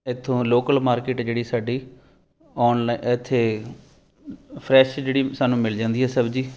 ਇੱਥੋਂ local market ਜਿਹੜੀ ਸਾਡੀ ਔਨਲਾਈਨ ਇੱਥੇ ਫਰੈਸ਼ ਜਿਹੜੀ ਸਾਨੂੰ ਮਿਲ ਜਾਂਦੀ ਹੈ ਸਬਜੀਜ਼ੀ